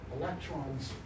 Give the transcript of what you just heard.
electrons